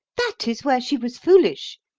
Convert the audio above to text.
that is where she was foolish,